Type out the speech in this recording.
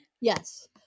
Yes